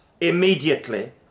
Immediately